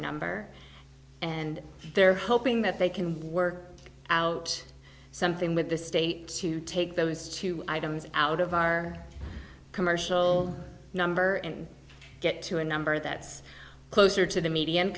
number and they're hoping that they can work out something with the state to take those two items out of our commercial number and get to a number that's closer to the median